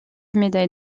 médaille